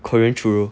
carene choo lor